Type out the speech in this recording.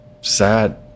sad